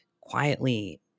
quietly